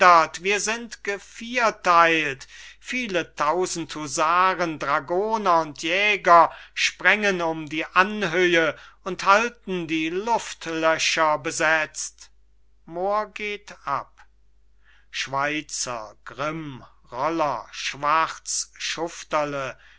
wir sind geviertheilt viele tausend husaren dragoner und jäger sprengen um die anhöhe und halten die luft löcher besetzt moor geht ab schweizer grimm roller schwarz schufterle